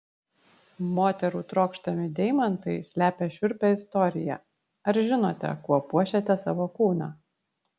moterų trokštami deimantai slepia šiurpią istoriją ar žinote kuo puošiate savo kūną